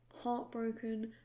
heartbroken